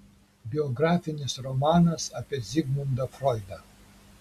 biografinis romanas apie zigmundą froidą